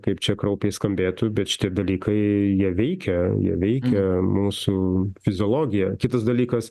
kaip čia kraupiai skambėtų bet šitie dalykai jie veikia jie veikia mūsų fiziologiją kitas dalykas